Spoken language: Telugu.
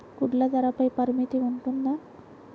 గుడ్లు ధరల పై పరిమితి ఉంటుందా?